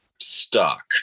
stuck